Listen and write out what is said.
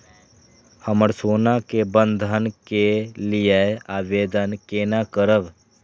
हम सोना के बंधन के लियै आवेदन केना करब?